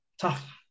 tough